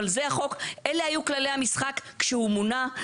אבל זה החוק, אלה היו כללי המשחק כשהוא מונה.